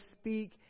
speak